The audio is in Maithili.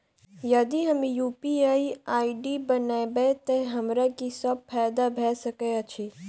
यदि हम यु.पी.आई आई.डी बनाबै तऽ हमरा की सब फायदा भऽ सकैत अछि?